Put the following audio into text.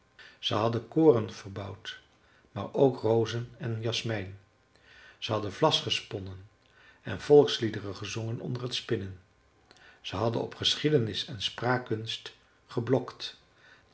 ze hadden koren verbouwd maar ook rozen en jasmijn ze hadden vlas gesponnen en volksliederen gezongen onder t spinnen ze hadden op geschiedenis en spraakkunst geblokt